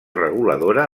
reguladora